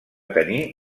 tenir